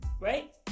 right